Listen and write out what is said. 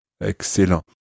Excellent